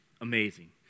amazing